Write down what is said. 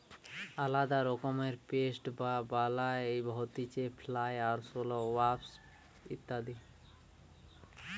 আলদা রকমের পেস্ট বা বালাই হতিছে ফ্লাই, আরশোলা, ওয়াস্প ইত্যাদি